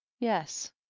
Yes